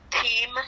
Team